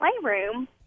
playroom